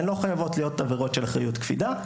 הן לא חייבות להיות עבירות של אחריות קפידה.